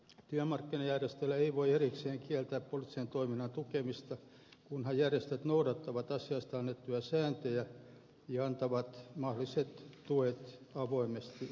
työmarkkinajärjestöiltä ei voi erikseen kieltää poliittisen toiminnan tukemista kunhan järjestöt noudattavat asiasta annettuja sääntöjä ja antavat mahdolliset tuet avoimesti ja julkisesti